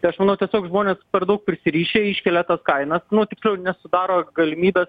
tai aš manau tiesiog žmonės per daug prisirišę iškelia tas kainas nu tiksliau nesudaro galimybės